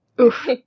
Oof